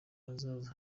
hazaza